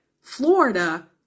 Florida